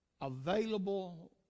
available